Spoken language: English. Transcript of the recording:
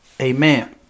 Amen